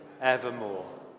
evermore